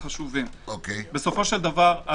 בסופו של דבר,